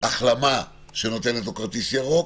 החלמה שנותנת לו כרטיס ירוק,